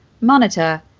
monitor